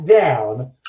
down